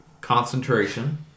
Concentration